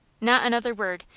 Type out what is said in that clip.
not another word,